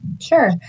Sure